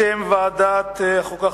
בשם ועדת החוקה,